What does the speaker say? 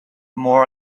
more